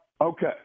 Okay